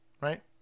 right